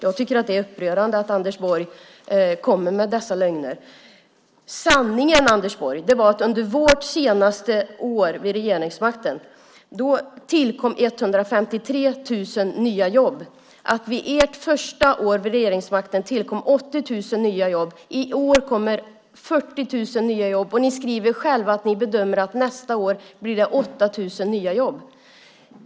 Jag tycker att det är upprörande att Anders Borg kommer med dessa lögner. Sanningen, Anders Borg, är att under vårt senaste år vid regeringsmakten tillkom 153 000 nya jobb. Vid ert första år vid regeringsmakten tillkom 80 000 nya jobb. I år kommer 40 000 nya jobb, och ni skriver själva att ni bedömer att nästa år blir det 8 000 nya jobb.